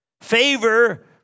favor